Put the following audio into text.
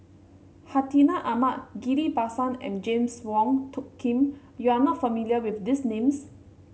Hartinah Ahmad Ghillie Basan and James Wong Tuck Yim you are not familiar with these names